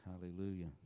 Hallelujah